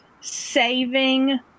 saving